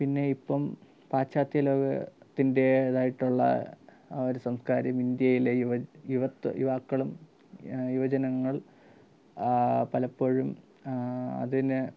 പിന്നെ ഇപ്പം പാശ്ചാത്യ ലോകത്തിൻ്റെതായിട്ടുള്ള ആ ഒരു സംസ്കാരം ഇന്ത്യയിലെ യുവത്വ യുവാക്കളും യുവജനങ്ങള് പലപ്പോഴും അതിന്